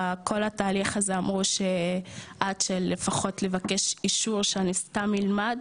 כל התהליך הזה אמרו שעד לפחות לבקש אישור שאני סתם ילמד,